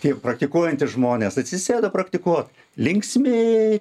kaip praktikuojantys žmonės atsisėda praktikuoti linksmi